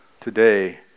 today